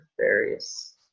various